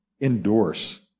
endorse